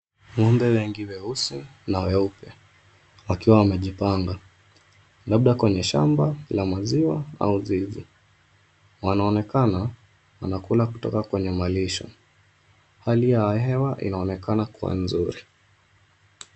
Ng'ombe wengi weusi, na weupe, wakiwa wamejipanga. Labda kwenye shamba la maziwa, au zizi. Wanaonekana, wanakula kutoka kwenye malisho. Hali ya hewa inaonekana kuwa nzuri.